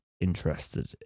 interested